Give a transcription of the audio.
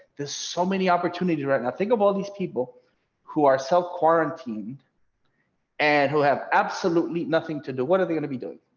so many opportunities right now think of all these people who are self quarantine and who have absolutely nothing to do what are they going to be doing.